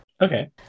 Okay